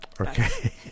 okay